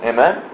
Amen